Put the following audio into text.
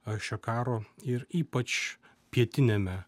aš šio karo ir ypač pietiniame